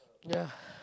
ya